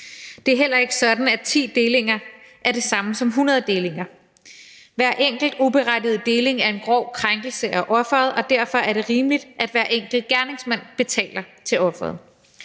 Det er heller ikke sådan, at 10 delinger er det samme som 100 delinger. Hver enkelt uberettiget deling er en grov krænkelse af offeret, og derfor er det rimeligt, at hver enkelt gerningsmand betaler til offeret.